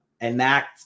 enact